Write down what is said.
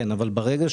נכון.